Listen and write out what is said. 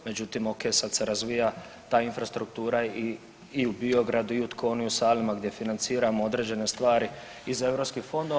Međutim okej sad se razvija ta infrastruktura i u Biogradu i u Tkonu i u Salima gdje financiramo određene stvari iz europskih fondova.